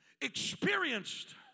experienced